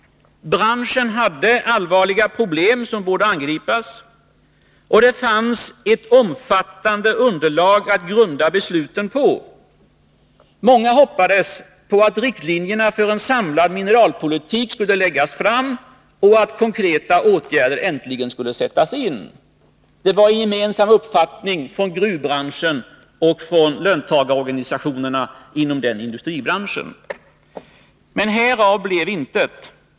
Branschen hade allvarliga problem som behövde angripas. Det fanns ett omfattande underlag att grunda besluten på. Många hoppades på att riktlinjerna för en samlad mineralpolitik skulle läggas fram och att konkreta åtgärder äntligen skulle sättas in. Det var en gemensam förhoppning från gruvbranschen och från löntagarorganisationerna inom den industribranschen. Men härav blev intet.